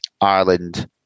Ireland